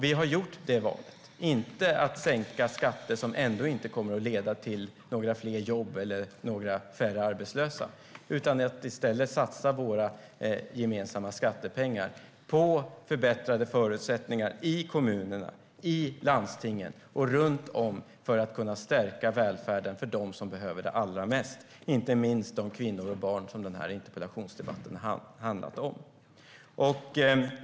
Vi har gjort valet att inte sänka skatter, som inte kommer att leda till några fler jobb eller färre arbetslösa, utan att i stället satsa våra gemensamma skattepengar på förbättrade förutsättningar i kommunerna och i landstingen för att kunna stärka välfärden för dem som behöver den allra mest, inte minst de kvinnor och barn som den här interpellationsdebatten handlat om.